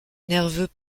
nerveux